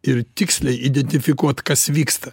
ir tiksliai identifikuot kas vyksta